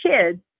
kids